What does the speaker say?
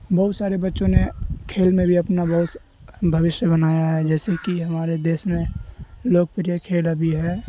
بہت سارے بچوں نے کھیل میں بھی اپنا بہت بھوشیہ بنایا ہے جیسے کہ ہمارے دیش میں لوک پریہ کھیل ابھی ہے